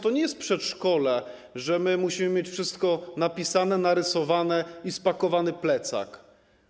To nie jest przedszkole, że my musimy mieć wszystko napisane, narysowane i spakowany plecak.